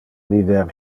viver